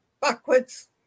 backwards